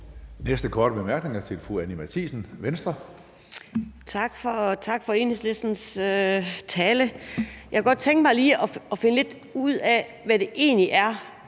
Næste korte bemærkning er til fru Anni Matthiesen, Venstre. Kl. 15:58 Anni Matthiesen (V): Tak for Enhedslistens tale. Jeg kunne godt tænke mig lige at finde ud af, hvad det egentlig er,